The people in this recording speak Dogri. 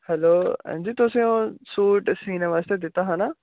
हैल्लो हां जी तुसें सूट सीने बास्तै दित्ता हा ना